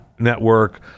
network